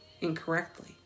incorrectly